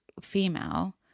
female